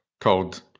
called